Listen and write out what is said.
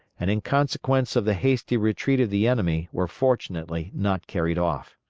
and in consequence of the hasty retreat of the enemy were fortunately not carried off.